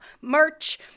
merch